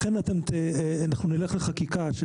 לכן אנחנו נלך לחקיקה.